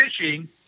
fishing